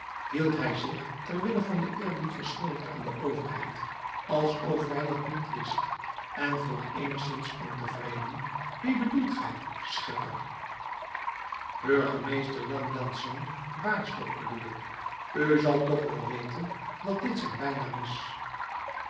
hield hij zich terwille van den eerbied verschuldigd aan de overheid alsof hij het niet wist en vroeg eenigszins ontevreden wien bedoelt gij schipper burgemeester jan jansz baersdorp bedoel ik u zal toch wel weten dat dit zijn bijnaam is